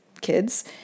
kids